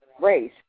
race